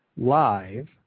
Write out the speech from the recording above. live